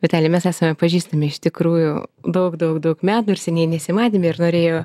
vitalija mes esame pažįstami iš tikrųjų daug daug daug metų ir seniai nesimatėme ir norėjau